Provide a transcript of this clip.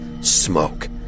smoke